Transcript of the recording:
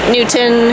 Newton